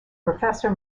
professor